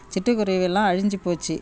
சிட்டுக்குருவியெலாம் அழிஞ்சிப் போச்சு